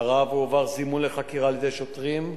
לרב הועבר זימון לחקירה על-ידי שוטרים,